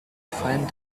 find